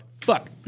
Fuck